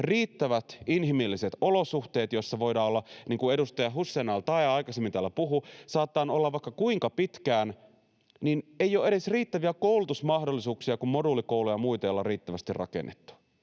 riittävät inhimilliset olosuhteet. Niin kuin edustaja Hussein al‑Taee aikaisemmin täällä puhui, siellä saatetaan olla vaikka kuinka pitkään, eikä ole edes riittäviä koulutusmahdollisuuksia, kun moduulikouluja ja muita ei olla riittävästi rakennettu.